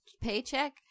paycheck